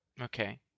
Okay